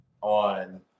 on